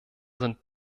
sind